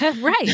Right